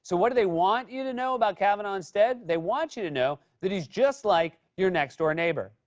so what do they want you to know about kavanaugh instead? they want you to know that he's just like your next-door neighbor.